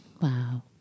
Wow